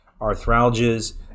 arthralgias